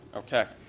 okay.